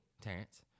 Terrence